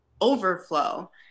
overflow